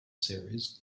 series